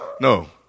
No